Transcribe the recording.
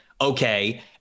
okay